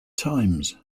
times